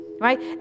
right